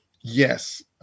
yes